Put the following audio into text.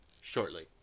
shortly